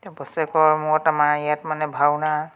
বছৰেকৰ মূৰত আমাৰ ইয়াত মানে ভাওনা